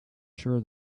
sure